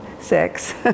six